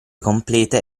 complete